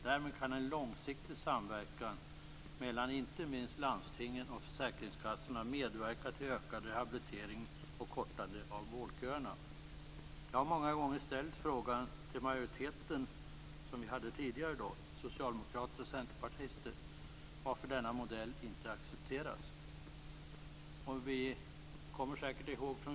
Därmed kan en långsiktig samverkan mellan inte minst landstingen och försäkringskassorna medverka till ökad rehabilitering och kortande av vårdköerna. Jag har många gånger ställt frågan till den majoritet vi hade tidigare, socialdemokrater och centerpartister, varför denna modell inte accepteras.